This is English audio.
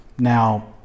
now